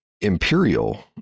imperial